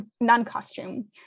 non-costume